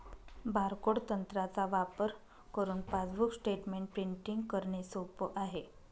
barcode तंत्राचा वापर करुन पासबुक स्टेटमेंट प्रिंटिंग करणे सोप आहे